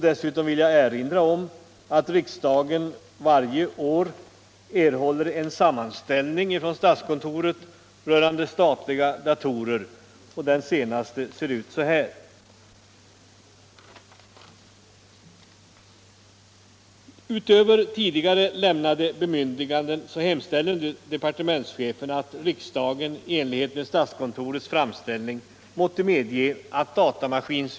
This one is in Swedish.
Dessutom vill jag erinra om att riksdagen varje år erhåller en sammanställning från statskontoret rörande befintliga statliga datorer.